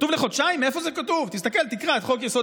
כתוב "לחודשיים"?